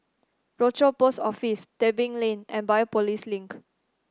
Rochor Post Office Tebing Lane and Biopolis Link